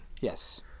Yes